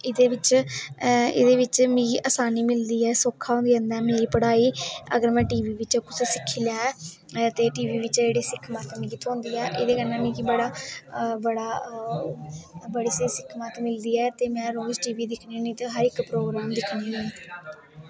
एह्दे बिच्च मिगी आसानी मिलदी ऐ सौक्खा होई जंदा ऐ मेरी पढ़ाई अगर में टी वी बिच्च कुछ सिक्खी लेआ ऐ ते टी वी बिच्चा जेह्की सिक्ख मत मिगी थ्होंदी ऐ एह्दे कन्नै मिगी बड़ा बड़ा बड़ी स्हेई सिक्ख मत्त मिलदी ऐ ते में रोज़ टी वी दिक्खनी होन्नी ते हर इक प्रोग्राम दिक्खनी होन्नी